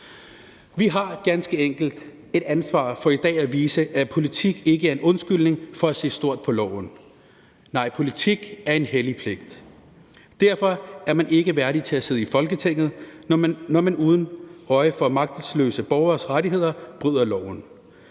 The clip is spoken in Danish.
Vi har ganske enkelt et ansvar for i dag at vise, at politik ikke er en undskyldning for at se stort på loven. Nej, politik er en hellig pligt. Derfor er man ikke er værdig til at sidde i Folketinget, når man uden øje for magtesløse borgeres rettigheder bryder loven.